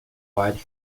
quite